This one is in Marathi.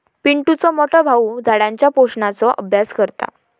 पिंटुचो मोठो भाऊ झाडांच्या पोषणाचो अभ्यास करता